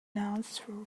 answer